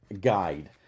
guide